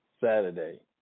Saturday